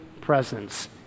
presence